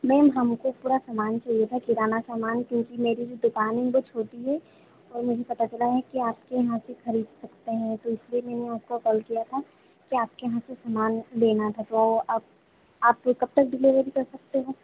ma'am हमको पुरा समान चाहिए था किराना समान क्योंकि मेरी भी दुकान है वो छोटी है और मुझे पता चला है कि आपके यहाँ से खरीद सकते हैं तो इसलिए मैंने आपको कॉल किया था कि आपके यहाँ से समान लेना था तो अप आप कब तक डिलेवरी कर सकते हो